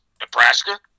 Nebraska